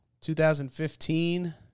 2015